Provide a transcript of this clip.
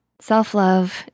self-love